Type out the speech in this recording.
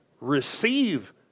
receive